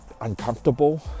uncomfortable